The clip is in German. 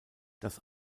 das